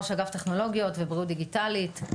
ראש אגף טכנולוגיות ובריאות דיגיטלית.